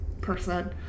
person